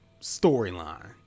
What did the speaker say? storyline